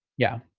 yeah.